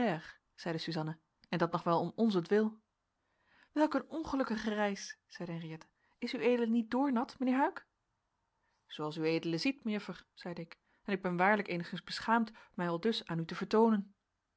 suzanna en dat nog wel om onzentwil welk een ongelukkige reis zeide henriëtte is ued niet doornat mijnheer huyck zooals ued ziet mejuffer zeide ik en ik ben waarlijk eenigszins beschaamd mij aldus aan u te vertoonen